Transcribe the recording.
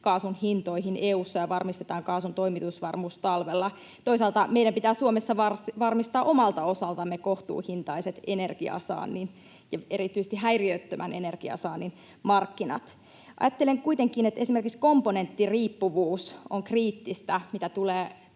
kaasunhintoihin EU:ssa ja varmistetaan maakaasun toimitusvarmuus talvella. Toisaalta meidän pitää Suomessa varmistaa omalta osaltamme kohtuuhintaiset energiansaannin ja erityisesti häiriöttömän energiansaannin markkinat. Ajattelen kuitenkin, että esimerkiksi komponenttiriippuvuus on kriittistä,